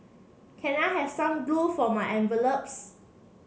can I have some glue for my envelopes